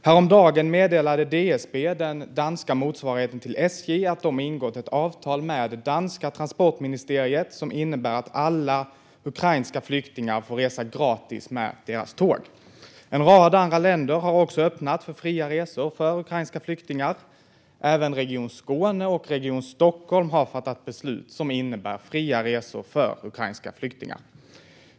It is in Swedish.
Häromdagen meddelade DSB, den danska motsvarigheten till SJ, att de har ingått ett avtal med det danska transportministeriet som innebär att alla ukrainska flyktingar får resa gratis med deras tåg. En rad andra länder har också öppnat för fria resor för ukrainska flyktingar. Även Region Skåne och Region Stockholm har fattat beslut om fria resor för ukrainska flyktingar.